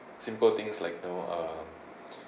simple things like you know um